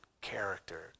character